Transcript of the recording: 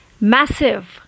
massive